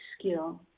skill